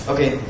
Okay